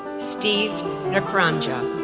steve nkuranga,